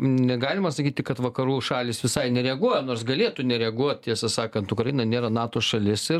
negalima sakyti kad vakarų šalys visai nereaguoja nors galėtų nereaguot tiesą sakant ukraina nėra nato šalis ir irgi